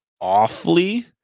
awfully